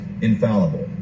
infallible